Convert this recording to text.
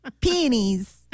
peonies